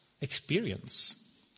experience